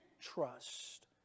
trust